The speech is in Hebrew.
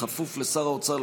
בכפוף לשר האוצר,